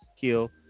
kill